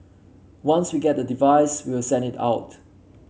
once we get the advice we will send it out